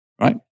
right